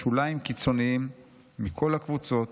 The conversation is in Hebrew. שוליים קיצוניים מכל הקבוצות